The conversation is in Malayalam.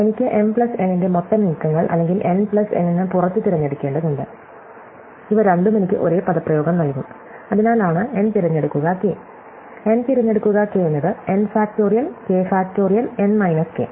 എനിക്ക് m പ്ലസ് n ന്റെ മൊത്തം നീക്കങ്ങൾ അല്ലെങ്കിൽ n പ്ലസ് n ന് പുറത്ത് തിരഞ്ഞെടുക്കേണ്ടതുണ്ട് ഇവ രണ്ടും എനിക്ക് ഒരേ പദപ്രയോഗം നൽകും അതിനാലാണ് n തിരഞ്ഞെടുക്കുക k n തിരഞ്ഞെടുക്കുക k എന്നത് n factorial k factorial n minus K